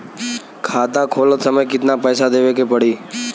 खाता खोलत समय कितना पैसा देवे के पड़ी?